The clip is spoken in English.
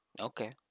Okay